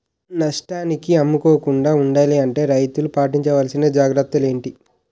నష్టానికి అమ్ముకోకుండా ఉండాలి అంటే రైతులు పాటించవలిసిన జాగ్రత్తలు ఏంటి